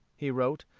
he wrote,